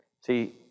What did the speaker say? See